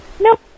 Nope